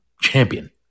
champion